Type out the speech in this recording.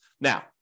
Now